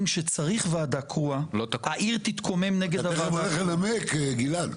שצריך ועדה קרואה העיר תתקומם נגד הוועדה הקרואה.